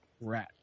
Rat